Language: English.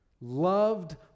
loved